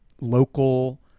Local